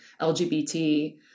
LGBT